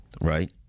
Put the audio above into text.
right